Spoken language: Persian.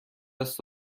است